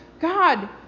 God